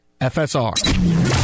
FSR